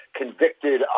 convicted